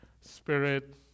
spirit